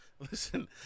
listen